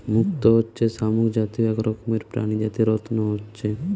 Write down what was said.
মুক্ত হচ্ছে শামুক জাতীয় এক রকমের প্রাণী যাতে রত্ন হচ্ছে